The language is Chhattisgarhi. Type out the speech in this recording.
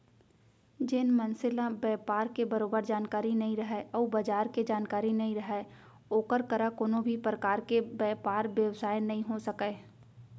जेन मनसे ल बयपार के बरोबर जानकारी नइ रहय अउ बजार के जानकारी नइ रहय ओकर करा कोनों भी परकार के बयपार बेवसाय नइ हो सकय